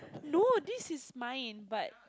no this is mine